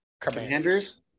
commanders